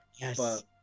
Yes